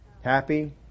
Happy